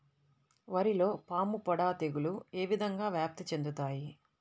వరిలో పాముపొడ తెగులు ఏ విధంగా వ్యాప్తి చెందుతాయి?